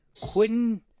quentin